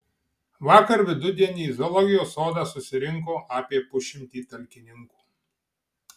vakar vidudienį į zoologijos sodą susirinko apie pusšimtį talkininkų